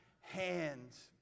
hands